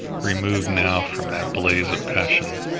removed now from that blaze of passion,